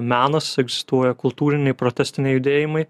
menas egzistuoja kultūriniai protestiniai judėjimai